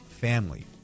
family